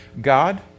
God